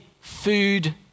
food